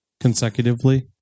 consecutively